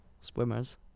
swimmers